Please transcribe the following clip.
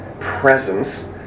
presence